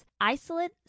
Isolate